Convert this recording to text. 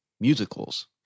musicals